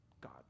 God